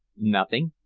nothing.